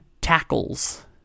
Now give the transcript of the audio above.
tackles